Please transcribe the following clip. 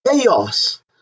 chaos